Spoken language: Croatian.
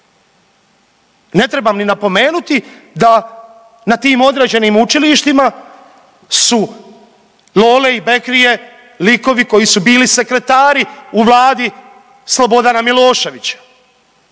Ne trebam ni napomenuti da na tim određenim učilištima su lole i bekrije likovi koji su bili sekretari u Vladi Slobodana Miloševića.